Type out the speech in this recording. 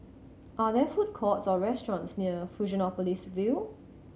are there food courts or restaurants near Fusionopolis View